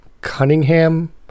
Cunningham